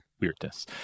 weirdness